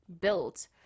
built